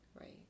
Right